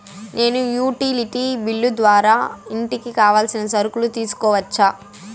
నేను utility bill ద్వారా ఇంటికి కావాల్సిన సరుకులు తీసుకోవచ్చా?